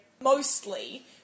mostly